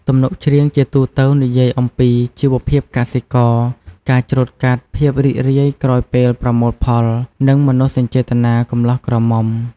ទំនុកច្រៀងជាទូទៅនិយាយអំពីជីវភាពកសិករ ការច្រូតកាត់ ភាពរីករាយក្រោយពេលប្រមូលផល និងមនោសញ្ចេតនាកំលោះក្រមុំ។